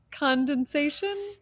condensation